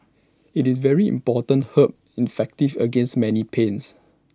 IT is very important herb effective against many pains